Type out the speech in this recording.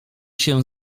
się